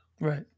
Right